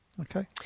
Okay